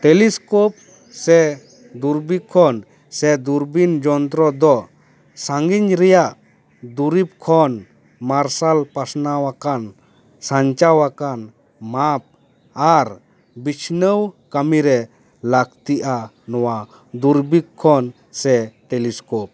telescope ᱥᱮ ᱫᱩᱨᱵᱤᱠᱠᱷᱚᱱ ᱥᱮ ᱫᱩᱨᱵᱤᱱ ᱡᱚᱱᱛᱨᱚ ᱫᱚ ᱥᱟᱺᱜᱤᱧ ᱨᱮᱭᱟᱜ ᱫᱩᱨᱤᱵᱽ ᱠᱷᱚᱱ ᱢᱟᱨᱥᱟᱞ ᱯᱟᱥᱱᱟᱣ ᱟᱠᱟᱱ ᱥᱟᱧᱪᱟᱣ ᱟᱠᱟᱱ ᱢᱟᱯ ᱟᱨ ᱵᱤᱪᱷᱱᱟᱹᱣ ᱠᱟᱹᱢᱤ ᱨᱮ ᱞᱟᱹᱠᱛᱤᱼᱟ ᱱᱚᱣᱟ ᱫᱩᱨᱵᱤᱠᱠᱷᱚᱱ ᱥᱮ ᱴᱮᱞᱤᱥᱠᱳᱯ